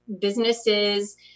businesses